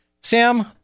Sam